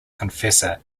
confessor